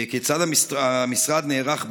כיצד המשרד נערך,